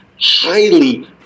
highly